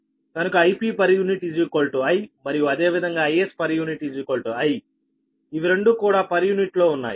కనుక Ip I మరియు అదే విధంగా Is I ఇవి రెండూ కూడా పర్ యూనిట్ లో ఉన్నాయి